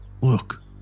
Look